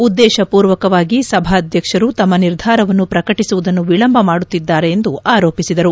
ಉದ್ದೇಶಪೂರ್ವಕವಾಗಿ ಸಭಾಧ್ಯಕ್ಷರು ತಮ್ಮ ನಿರ್ಧಾರವನ್ನು ಪ್ರಕಟಿಸುವುದನ್ನು ವಿಳಂಬ ಮಾಡುತ್ತಿದ್ದಾರೆ ಎಂದು ಆರೋಪಿಸಿದರು